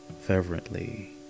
fervently